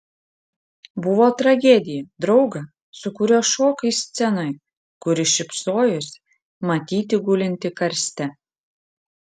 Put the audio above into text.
buvo tragedija draugą su kuriuo šokai scenoje kuris šypsojosi matyti gulintį karste